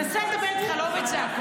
אני מנסה לדבר איתך לא בצעקות.